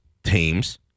teams